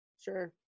Sure